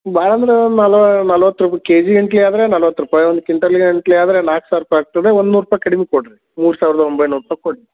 ಭಾಳ ಅಂದ್ರೆ ನಲ ನಲವತ್ತು ರೂಪಾಯಿ ಕೆಜಿಗೆ ಎಂಟ್ಲಿ ಆದರೆ ನಲವತ್ತು ರೂಪಾಯಿ ಒಂದು ಕ್ವಿಂಟಲಿಗೆ ಎಂಟ್ಲಿ ಅದ್ರ ನಾಲ್ಕು ಸಾವಿರ ರೂಪಾಯಿ ಆಗ್ತದೆ ಒಂದು ನೂರ ರೂಪಾಯಿ ಕಡ್ಮಿ ಕೊಡ್ರಿ ಮೂರು ಸಾವಿರದ ಒಂಬೈನೂರ ರೂಪಾಯಿ ಕೊಡ್ರಿ